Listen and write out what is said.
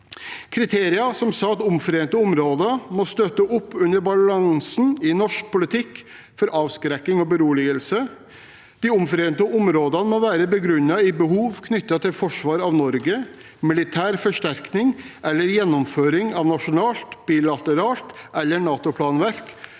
kriterier som sa at omforente områder må støtte opp under balansen i norsk politikk for avskrekking og beroligelse. De omforente områdene må være begrunnet i behov knyttet til forsvar av Norge, militær forsterkning eller gjennomføring av nasjonalt eller bilateralt planverk eller NATO-planverk